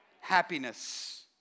happiness